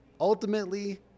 Ultimately